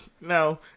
No